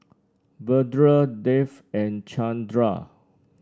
Vedre Dev and Chandra